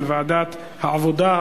אל ועדת העבודה,